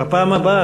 בפעם הבאה,